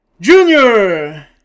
Junior